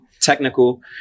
technical